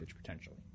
potentially